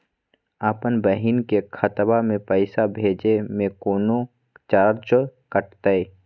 अपन बहिन के खतवा में पैसा भेजे में कौनो चार्जो कटतई?